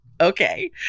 Okay